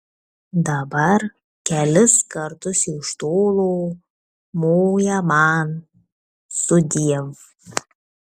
dabar kelis kartus iš tolo moja man sudiev